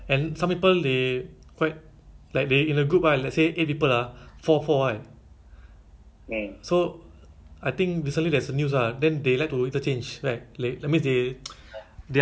but must pity the the business owner ah for because actually right like M_O_M very strict ah I mean eh it's it's not M_O_M the N_E_A kan